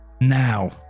Now